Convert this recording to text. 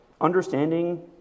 understanding